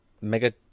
mega